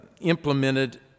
implemented